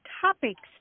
Topics